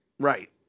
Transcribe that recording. Right